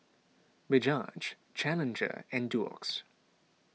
Bajaj Challenger and Doux